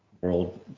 world